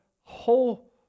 whole